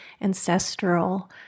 ancestral